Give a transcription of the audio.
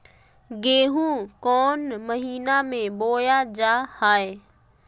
गेहूँ कौन महीना में बोया जा हाय?